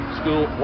school